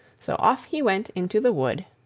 so off he went into the wood,